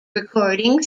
recording